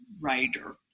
writer